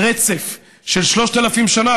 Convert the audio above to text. ברצף של שלושת אלפים שנה,